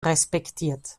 respektiert